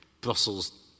Brussels